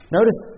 Notice